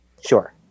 sure